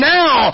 now